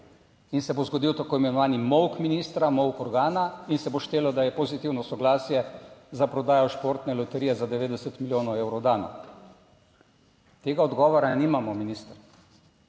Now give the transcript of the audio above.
in se bo zgodil tako imenovani molk ministra, molk organa, in se bo štelo, da je pozitivno soglasje za prodajo športne loterije za 90 milijonov evrov dano. Tega odgovora nimamo, minister.